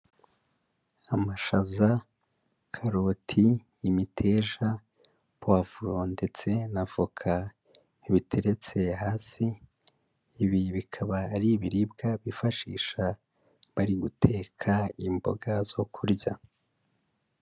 Amashaza, karoti, imiteja, puwavuro ndetse na avoka biteretse hasi, ibi bikaba ari ibiribwa bifashisha bari guteka imboga zo kurya.